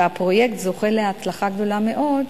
והפרויקט זוכה להצלחה גדולה מאוד.